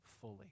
fully